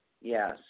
Yes